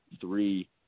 three